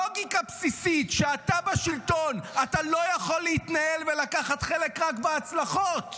לוגיקה בסיסית: כשאתה בשלטון אתה לא יכול להתנהל ולקחת חלק רק בהצלחות.